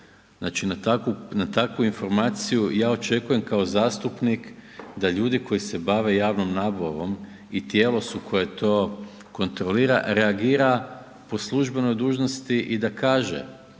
na takvu informaciju ja očekujem kao zastupnik da ljudi koji se bave javnom nabavom i tijelo su koje to kontrolira reagira po službenoj dužnosti i da kaže